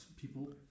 people